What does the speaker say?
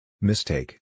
Mistake